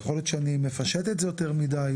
יכול להיות שאני מפשט את זה יותר מידי,